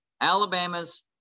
Alabama's